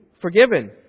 forgiven